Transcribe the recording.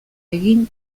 egin